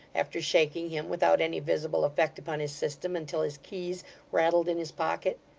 after shaking him, without any visible effect upon his system, until his keys rattled in his pocket.